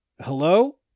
hello